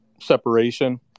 separation